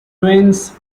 twins